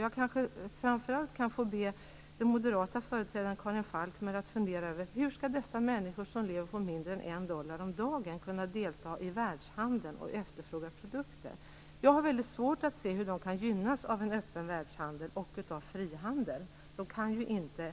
Jag kanske framför allt kan få be den moderata företrädaren Karin Falkmer att fundera över detta. Hur skall dessa människor, som lever på mindre än en dollar om dagen, kunna delta i världshandeln och efterfråga produkter? Jag har väldigt svårt att se hur de kan gynnas av en öppen världshandel och av frihandel. De kan ju inte